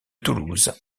toulouse